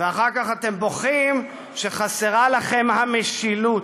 ואחר כך אתם בוכים שחסרה לכם המשילות.